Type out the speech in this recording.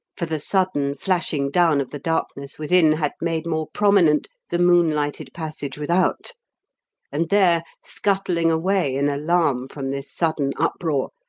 for the sudden flashing down of the darkness within, had made more prominent, the moon-lighted passage without and there, scuttling away in alarm from this sudden uproar,